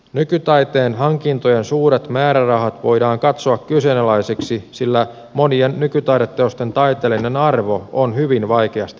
nykytaiteen hankintojen suuret määrärahat voidaan katsoa kyseenalaisiksi sillä monien nykytaideteosten taiteellinen arvo on hyvin vaikeasti määriteltävissä